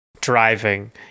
driving